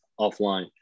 offline